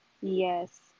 yes